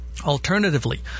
Alternatively